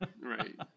Right